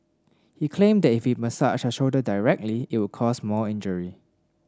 he claimed that if he massaged her shoulder directly it would cause more injury